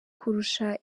kurusha